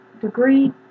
degree